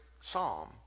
psalm